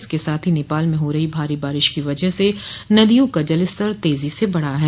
इसके साथ ही नेपाल में हो रही भारी बारिश की वजह से नदियों का जलस्तर तेजी से बढ़ा है